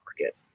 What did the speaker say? market